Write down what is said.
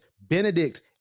Benedict